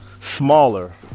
smaller